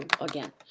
again